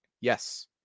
Yes